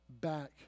back